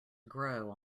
grow